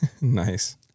Nice